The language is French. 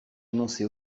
annoncé